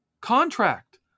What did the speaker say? contract